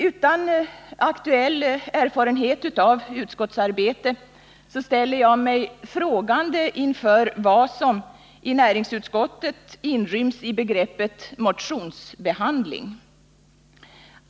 Utan aktuell erfarenhet av utskottsarbete ställer jag mig frågande inför vad som i näringsutskottets betänkande inryms i begreppet motionsbehandling.